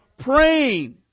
Praying